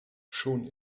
schon